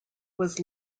was